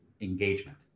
engagement